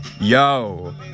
Yo